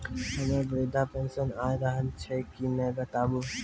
हमर वृद्धा पेंशन आय रहल छै कि नैय बताबू?